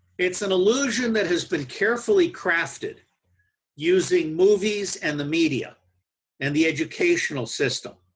it's an illusion that has been carefully crafted using movies and the media and the educational system.